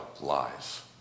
lies